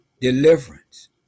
deliverance